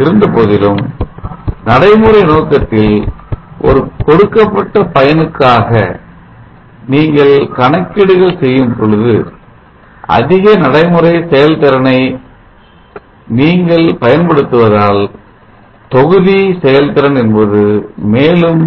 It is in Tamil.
இருந்தபோதிலும் நடைமுறை நோக்கத்தில் ஒரு கொடுக்கப்பட்ட பயனுக்காக நீங்கள் கணக்கீடுகள் செய்யும்பொழுது அதிக நடைமுறை செயல் திறனை நீங்கள் பயன்படுத்துவதால் தொகுதி செயல்திறன் என்பது மேலும்